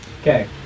Okay